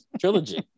trilogy